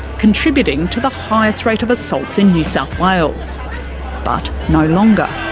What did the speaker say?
contributing to the highest rate of assaults in new south wales but no longer.